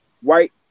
white